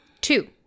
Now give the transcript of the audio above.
two